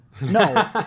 No